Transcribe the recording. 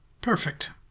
Perfect